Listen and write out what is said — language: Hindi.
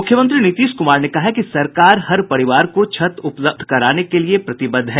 मुख्यमंत्री नीतीश कुमार ने कहा है कि सरकार हर परिवार को छत उपलब्ध कराने के लिये प्रतिबद्ध है